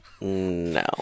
No